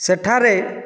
ସେଠାରେ